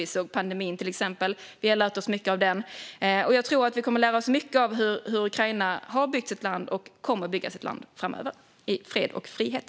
Vi såg pandemin, till exempel. Vi har lärt oss mycket av den, och jag tror att vi kommer att lära oss mycket av hur Ukraina har byggt sitt land och kommer att bygga sitt land framöver, i fred och frihet.